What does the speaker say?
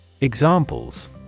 Examples